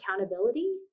accountability